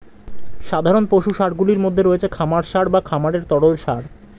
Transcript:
সাধারণ পশু সারগুলির মধ্যে রয়েছে খামার সার বা খামারের তরল সার